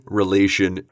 relation